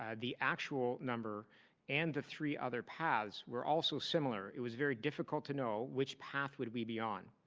ah the actual number and the three other paths were also similar. it was very difficult to know which path would we be on.